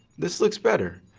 this looks better.